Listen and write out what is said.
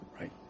right